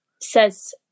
says